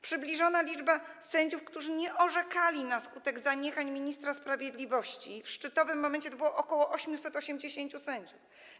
Przybliżona liczba sędziów, którzy nie orzekali na skutek zaniechań ministra sprawiedliwości w szczytowym momencie, to ok. 880 sędziów.